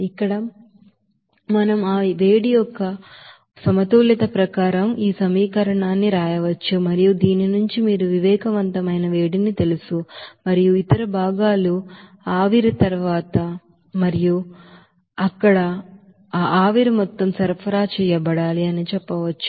ఇక్కడ మనం ఆ హీట్ యొక్క బాలన్స్ ప్రకారం గా ఈ సమీకరణాన్ని వ్రాయవచ్చు మరియు దీని నుండి మీరు సెన్సిబిల్ హీట్ ని తెలుసు మరియు ఇతర భాగాలు అవి మరియు తరువాత మీరు అక్కడ ఆ ఆవిరి మొత్తం సరఫరా చేయబడాలి అని చెప్పవచ్చు